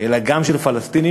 אלא גם של פלסטינים.